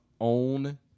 own